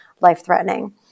life-threatening